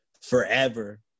forever